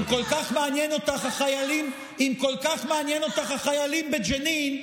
אם כל כך מעניינים אותך החיילים בג'נין,